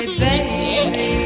baby